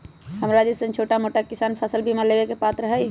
हमरा जैईसन छोटा मोटा किसान फसल बीमा लेबे के पात्र हई?